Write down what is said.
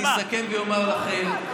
אז אני אסכם ואומר לכם,